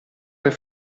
alle